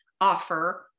offer